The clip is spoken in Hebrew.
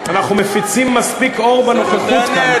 אנחנו מפיצים מספיק אור בנוכחות כאן.